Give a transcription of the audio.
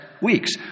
weeks